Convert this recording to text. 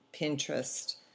Pinterest